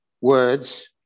words